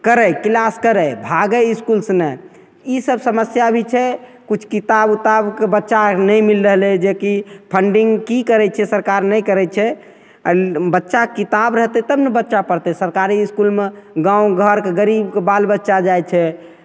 करै किलास करै भागै इसकुलसे नहि ईसब समस्या भी छै किछु किताब उताबके बच्चाके नहि मिलि रहलै जेकि फण्डिन्ग कि करै छै सरकार नहि करै छै आओर बच्चा किताब रहतै तब ने बच्चा पढ़तै सरकारी इसकुलमे गामघरके गरीबके बाल बच्चा जाइ छै